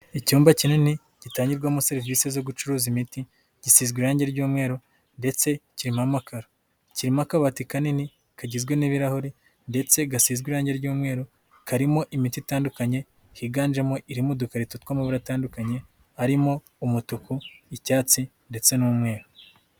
Icyumba kinini, gitangirwamo serivisi zo gucuruza imiti, gisizwe irangi ry'umweru, ndetse kirimo amakaro. Kirimo akabati kanini, kagizwe n'ibirahuri, ndetse gasizwe irangi ry'umweru, karimo imiti itandukanye, higanjemo iri mu dukarito tw'amabara atandukanye, arimo umutuku, icyatsi, ndetse n'umweru.